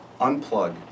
unplug